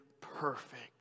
perfect